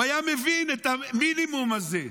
הוא היה מבין את המינימום הזה.